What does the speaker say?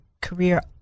career